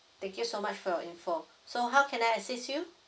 thank you so much for your info so how can I assist you